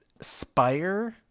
spire